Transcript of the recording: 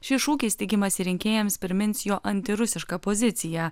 šiais šūkiais tikimasi rinkėjams primins jo antirusišką poziciją